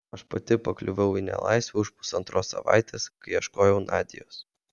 aš pati pakliuvau į nelaisvę už pusantros savaitės kai ieškojau nadios